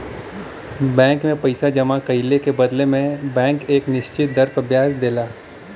bank में पइसा जमा कइले के बदले बैंक एक निश्चित दर पर ब्याज देला